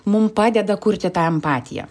mum padeda kurti tą empatiją